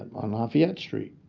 on lafayette street.